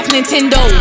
Nintendo